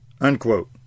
Unquote